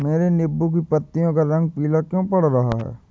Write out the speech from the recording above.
मेरे नींबू की पत्तियों का रंग पीला क्यो पड़ रहा है?